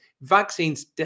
vaccines